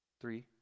Three